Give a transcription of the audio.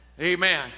Amen